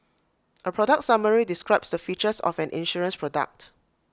A product summary describes the features of an insurance product